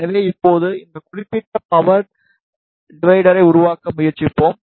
எனவே இப்போது இந்த குறிப்பிட்ட பவர் டிவிடெர்னை உருவாக்க முயற்சிப்போம்